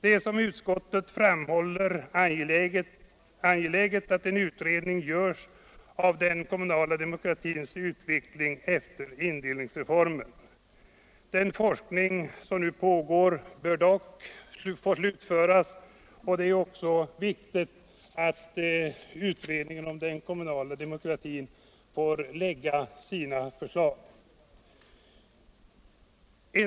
Det är, som utskottet framhåller, angeläget att en utredning görs av den kommunala demokratins utveckling efter indelningsreformen. Den forskning som nu pågår bör dock få slutföras, och det är också naturligt att utredningen om den kommunala demokratin får lägga fram sina förslag, innan ställningstagande sker.